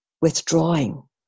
withdrawing